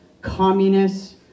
communists